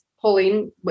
pulling